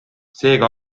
seega